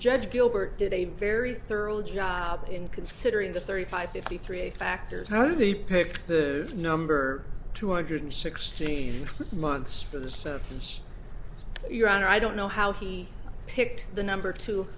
judge gilbert did a very thorough job in considering the thirty five fifty three factors how do they pick the number two hundred sixteen months for the symptoms your honor i don't know how he picked the number two